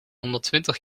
honderdtwintig